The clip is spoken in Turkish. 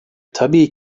tabii